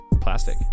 plastic